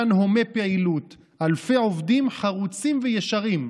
הגן הומה פעילות, אלפי עובדים חרוצים וישרים,